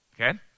Okay